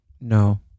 No